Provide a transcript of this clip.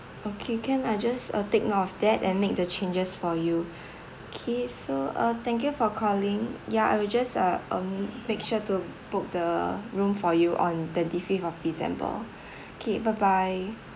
okay can I just uh take note of that and make the changes for you K so uh thank you for calling ya I'll just uh um make sure to book the room for you on twenty fifth of december okay bye bye